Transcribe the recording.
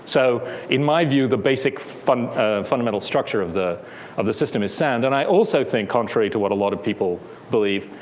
so in my view the basic fundamental structure of the of the system is sound. and i also think, contrary to what a lot of people believe,